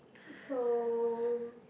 so